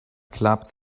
clubs